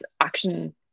action